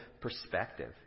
perspective